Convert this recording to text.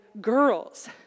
girls